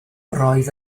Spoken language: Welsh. roedd